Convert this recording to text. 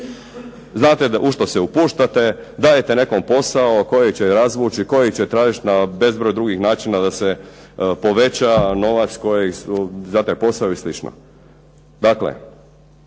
znate u što se upuštate, dajete nekom posao kojeg će razvući, koji će tražiti na bezbroj drugih načina da se poveća novac koji su za taj posao i slično.